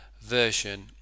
version